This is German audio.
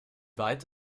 weit